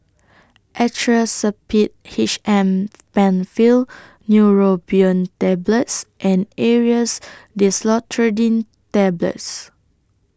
Actrapid H M PenFill Neurobion Tablets and Aerius DesloratadineTablets